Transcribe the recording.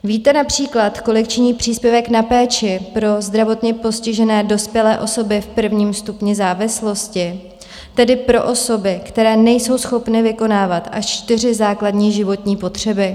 Víte například, kolik činí příspěvek na péči pro zdravotně postižené dospělé osoby v prvním stupni závislosti, tedy pro osoby, které nejsou schopny vykonávat až čtyři základní životní potřeby?